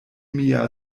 mia